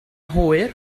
hwyr